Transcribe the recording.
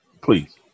Please